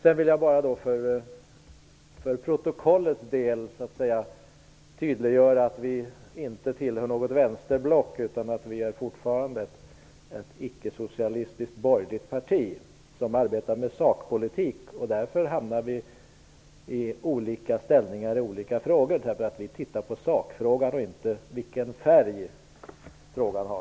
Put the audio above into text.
Jag vill för protokollet säga att vi inte tillhör något vänsterblock utan att vi fortfarande är ett ickesocialistiskt borgerligt parti som arbetar med sakpolitik. Därför hamnar vi i olika ställningar i olika frågor. Vi tittar på sakfrågan och inte på vilken färg frågan har.